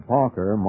Parker